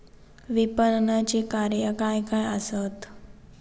विपणनाची कार्या काय काय आसत?